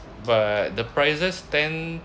but the prices tend